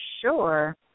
sure